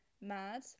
mad